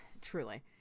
Truly